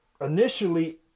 initially